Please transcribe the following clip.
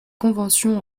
conventions